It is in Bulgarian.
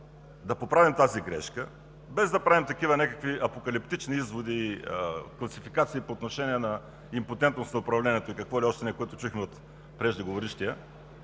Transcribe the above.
да поправим тази грешка, без да правим някакви апокалиптични изводи и квалификации по отношение на импотентност на управлението и какво ли още не, което чухме от преждеговорившия,